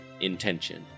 intention